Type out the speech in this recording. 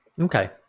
Okay